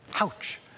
Ouch